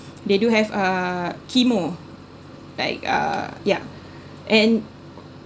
they do have uh chemo like uh yeah and